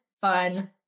fun